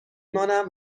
مانم